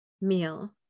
meal